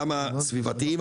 גם הסביבתיים,